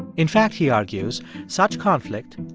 in fact, he argues, such conflict,